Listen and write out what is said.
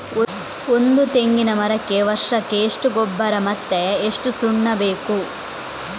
ಒಂದು ತೆಂಗಿನ ಮರಕ್ಕೆ ವರ್ಷಕ್ಕೆ ಎಷ್ಟು ಗೊಬ್ಬರ ಮತ್ತೆ ಎಷ್ಟು ಸುಣ್ಣ ಬೇಕು?